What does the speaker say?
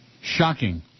Shocking